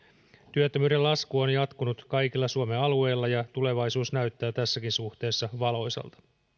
työttömyyden lasku on jatkunut kaikilla suomen alueilla ja tulevaisuus näyttää tässäkin suhteessa valoisalta